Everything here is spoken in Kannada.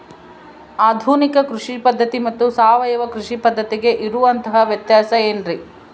ಆಧುನಿಕ ಕೃಷಿ ಪದ್ಧತಿ ಮತ್ತು ಸಾವಯವ ಕೃಷಿ ಪದ್ಧತಿಗೆ ಇರುವಂತಂಹ ವ್ಯತ್ಯಾಸ ಏನ್ರಿ?